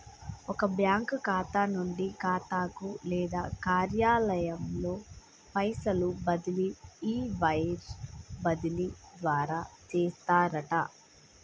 ఒక బ్యాంకు ఖాతా నుండి ఖాతాకు లేదా కార్యాలయంలో పైసలు బదిలీ ఈ వైర్ బదిలీ ద్వారా చేస్తారట